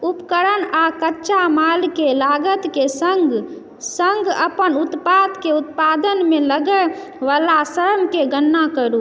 उपकरण आ कच्चा माल के लागत के सङ्ग सङ्ग अपन उत्पाद के उत्पादन मे लगै वला श्रमके गणना करू